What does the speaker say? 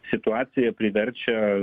situacija priverčia